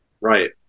right